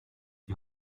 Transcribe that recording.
die